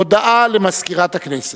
הודעה למזכירת הכנסת.